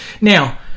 now